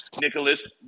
Nicholas